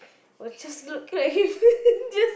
just look like him just